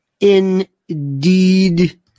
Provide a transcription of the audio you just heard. Indeed